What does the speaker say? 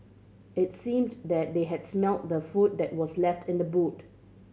it seemed that they had smelt the food that was left in the boot